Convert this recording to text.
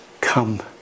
come